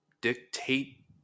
dictate